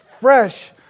fresh